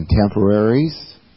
contemporaries